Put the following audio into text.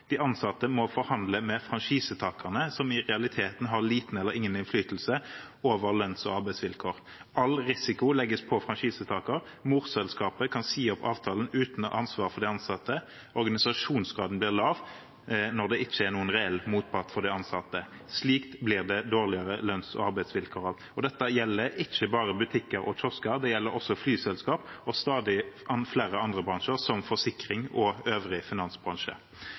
De ansatte må forhandle med franchisetakerne, som i realiteten har liten eller ingen innflytelse på lønns- og arbeidsvilkår. All risiko legges på franchisetakeren. Morselskapet kan si opp avtalen uten å ha noe ansvar for de ansatte. Organisasjonsgraden blir lav når det ikke er noen reell motpart for de ansatte. Slikt blir det dårligere lønns- og arbeidsvilkår av. Dette gjelder ikke bare butikker og kiosker; det gjelder også flyselskap og stadig flere andre bransjer, som forsikringsbransjen og øvrig finansbransje.